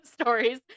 stories